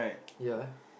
ya